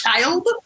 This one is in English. child